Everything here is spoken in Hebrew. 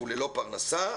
ללא פרנסה,